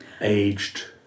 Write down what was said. Aged